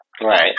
Right